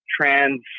trans